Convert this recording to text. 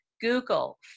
Google